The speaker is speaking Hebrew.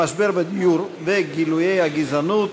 המשבר בדיור וגילויי הגזענות,